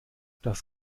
das